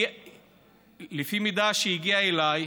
כי לפי מידע שהגיע אליי,